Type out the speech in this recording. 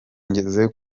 ngeze